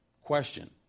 Question